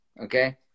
okay